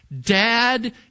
Dad